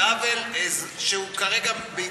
זה עוול שהוא כרגע בהתהוות,